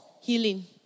healing